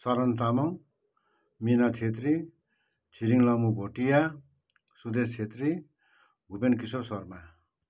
Saran Tamang Mina Chhetri Chhiring Lamu Bhotia Sudesh Chhetri Bhupen Kishore Sharma